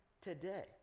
today